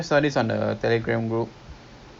ya original price eighty nine dollars